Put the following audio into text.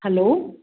hello